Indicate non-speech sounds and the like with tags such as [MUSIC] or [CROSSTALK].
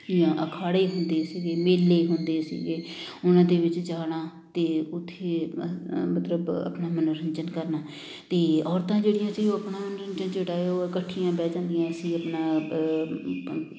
ਜਾਂ ਅਖਾੜੇ ਹੁੰਦੇ ਸੀਗੇ ਮੇਲੇ ਹੁੰਦੇ ਸੀਗੇ ਉਹਨਾਂ ਦੇ ਵਿੱਚ ਜਾਣਾ ਅਤੇ ਉੱਥੇ ਮਤਲਬ ਆਪਣਾ ਮਨੋਰੰਜਨ ਕਰਨਾ ਅਤੇ ਔਰਤਾਂ ਜਿਹੜੀਆਂ ਸੀ ਉਹ ਆਪਣਾ [UNINTELLIGIBLE] ਜਿਹੜਾ ਉਹ ਇਕੱਠੀਆਂ ਬਹਿ ਜਾਂਦੀਆਂ ਸੀ ਆਪਣਾ